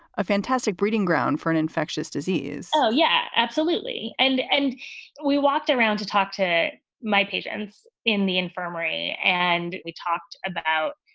ah fantastic breeding ground for an infectious disease so yeah, absolutely. and and we walked around to talk to my patients in the infirmary and we talked about,